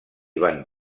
van